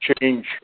change